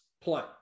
play